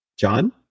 John